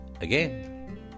again